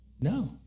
No